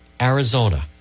Arizona